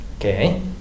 okay